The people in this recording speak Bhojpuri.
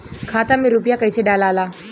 खाता में रूपया कैसे डालाला?